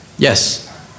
Yes